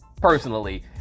personally